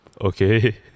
Okay